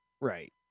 right